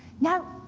now,